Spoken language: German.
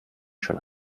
schon